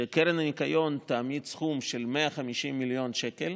שקרן הניקיון תעמיד סכום של 150 מיליון שקל